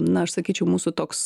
na aš sakyčiau mūsų toks